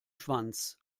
schwanz